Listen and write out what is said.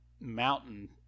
mountain